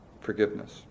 forgiveness